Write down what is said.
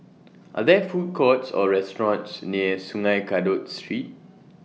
Are There Food Courts Or restaurants near Sungei Kadut Street